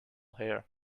here